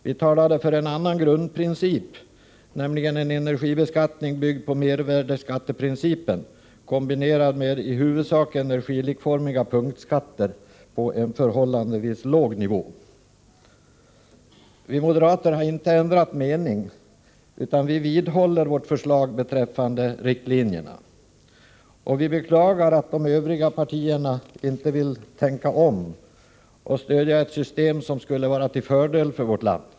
Vi talade för en annan grundprincip, nämligen en energibeskattning byggd på mervärdeskatteprincipen kombinerad med i huvudsak energilikformiga punktskatter på en förhållandevis låg nivå. Vi moderater har inte ändrat mening utan vidhåller vårt förslag beträffande riktlinjerna. Vi beklagar att övriga partier inte vill tänka om och stödja ett system, som skulle vara till fördel för vårt land.